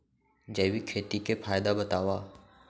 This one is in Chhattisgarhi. जैविक खेती के फायदा बतावा?